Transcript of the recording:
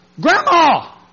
Grandma